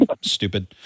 Stupid